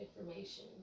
information